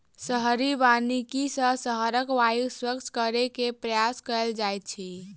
शहरी वानिकी सॅ शहरक वायु स्वच्छ करै के प्रयास कएल जाइत अछि